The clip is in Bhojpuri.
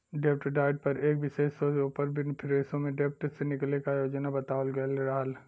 डेब्ट डाइट पर एक विशेष शोध ओपर विनफ्रेशो में डेब्ट से निकले क योजना बतावल गयल रहल